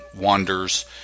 wanders